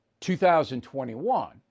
2021